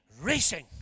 racing